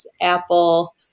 Apple